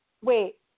wait